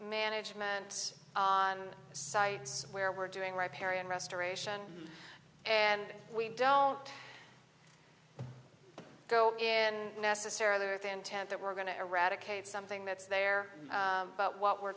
management on site where we're doing right parry and restoration and we don't go in necessarily with intent that we're going to eradicate something that's there but what we're